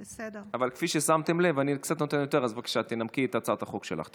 בבקשה, תנמקי את הצעת החוק שלך.